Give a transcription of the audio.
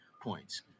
points